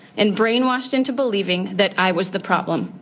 and brainwashed into believing that i was the problem.